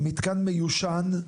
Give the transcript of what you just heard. עם מתקן מיושן,